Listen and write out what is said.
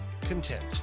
content